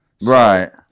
Right